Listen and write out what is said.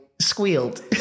squealed